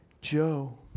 Joe